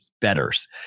betters